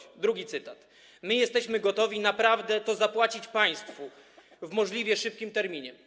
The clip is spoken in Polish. Przytoczę drugi cytat: my jesteśmy gotowi naprawdę to zapłacić państwu w możliwie szybkim terminie.